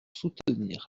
soutenir